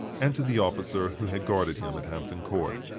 and to the officer who had guarded him at hampton court.